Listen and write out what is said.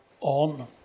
on